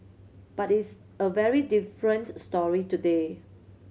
but it's a very different story today